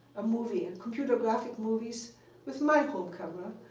a movie and computer graphic movies with my home camera.